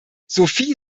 sophie